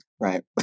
Right